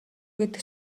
гэдэг